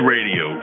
Radio